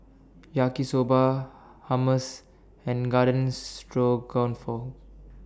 Yaki Soba Hummus and Garden Stroganoff